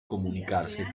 comunicarse